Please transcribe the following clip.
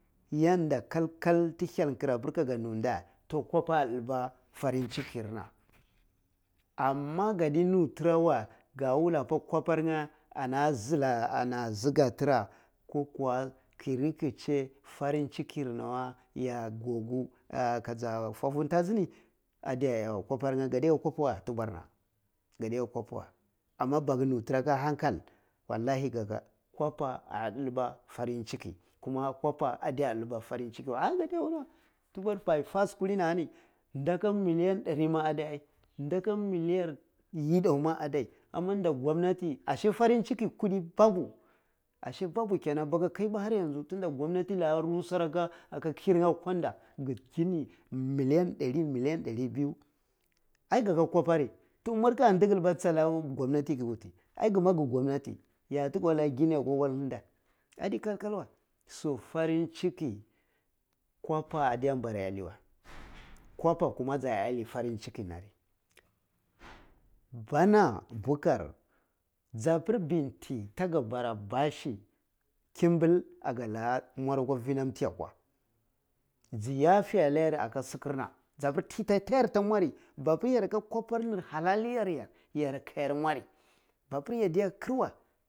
Yanda kal-kal hyal kira pir kaga nu de toh kwapa ah dilba farin cikir na amma kadi nu tura wey ka wulla pa kwappar nye anna sigga tira ko ka wa ke riki che farin chiki nawa ya kiroku ja fwafuntachini adiya iya weh kwapar nye, kada ka hope way tubwar na kada ka hope wey amma baku nu tura ka hankal wallahi kaga kwapa ah dilba farin chiki kuma kwapa adiga dilba farin chiki wey tubwar bypass kulini ahani ndaga million dari ma ada ai. Daga million yichan ma addai amma nda gwamnati farin cikin kudi babba ashe babu kenan b aka kai ba har yan su tua da gwamnati ama rusha kir nye akwanda gi gini million dari million dari biyu ai kaya kwapa ri toh mwa, ka ndikilba ntshe ana gwamnati ke wuti ai gima gi gwamnati ya ti go lika gini akwa wallir nde adi kal-kal wey so farin cikin kwapa adde mbara iya lai wey kwappa kuma ja iya ini farin ciki na ri bana bukur yabir bin ti taga bwa bashi kimbil agala mwai fi nam fi ya kwarji yafe alla yar ka sikir nay a pir ta yar ta mwari babir yarakwapa yar ni halal yar ka yar mwari mapir year kir wey.